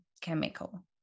chemical